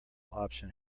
option